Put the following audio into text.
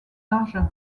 large